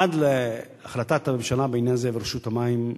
עד להחלטת הממשלה בעניין הזה, ברשות המים,